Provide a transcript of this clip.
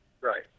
Right